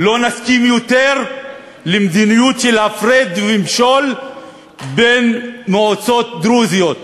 לא נסכים יותר למדיניות של הפרד ומשול בין מועצות דרוזיות,